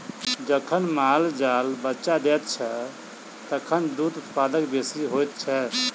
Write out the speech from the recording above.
जखन माल जाल बच्चा दैत छै, तखन दूधक उत्पादन बेसी होइत छै